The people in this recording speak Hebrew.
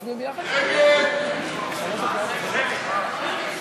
(קוראת בשמות חברי הכנסת)